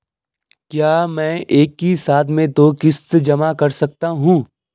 क्या मैं एक ही साथ में दो किश्त जमा कर सकता हूँ?